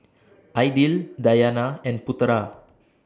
Aidil Dayana and Putera